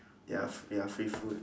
ya ya free food